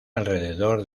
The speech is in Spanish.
alrededor